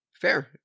fair